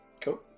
cool